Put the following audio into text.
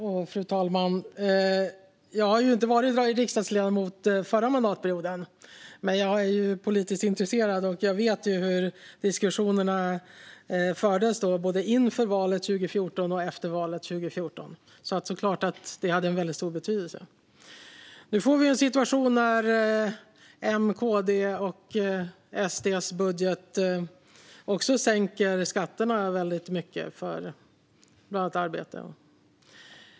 Fru talman! Jag var ju inte riksdagsledamot under den förra mandatperioden. Men jag är politiskt intresserad, och jag vet hur diskussionen då fördes både inför valet 2014 och efter valet 2014. Det är klart att det hade väldigt stor betydelse. Nu har vi en situation där M, KD och SD i sin budget också sänker skatterna mycket, bland annat på arbete.